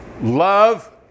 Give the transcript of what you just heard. Love